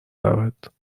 رود